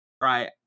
Right